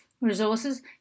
resources